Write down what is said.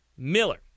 Miller